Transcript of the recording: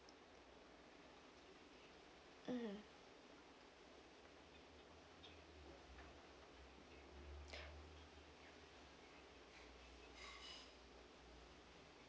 mm